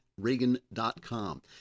reagan.com